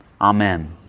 Amen